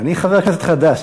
אני חבר כנסת חדש,